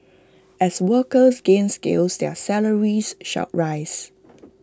as workers gain skills their salaries should rise